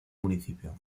municipio